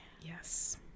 Yes